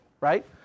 right